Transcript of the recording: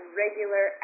regular